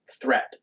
threat